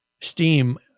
steam